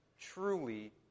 truly